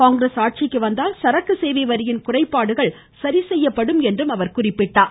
காங்கிரஸ் ஆட்சிக்கு வந்தால் சரக்கு சேவை வரியின் குறைபாடுகள் சரிசெய்யப்படும் என்றார்